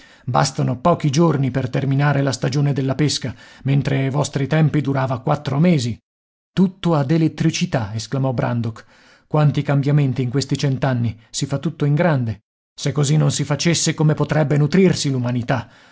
bastano pochi giorni per terminare la stagione della pesca mentre ai vostri tempi durava quattro mesi tutto ad elettricità esclamò brandok quanti cambiamenti in questi cent'anni si fa tutto in grande se così non si facesse come potrebbe nutrirsi